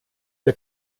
der